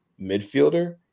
midfielder